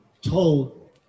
told